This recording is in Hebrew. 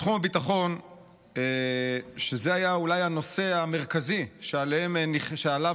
תחום הביטחון היה אולי הנושא המרכזי שעליו